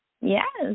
Yes